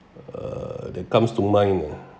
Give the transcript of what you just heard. err that comes to mind ah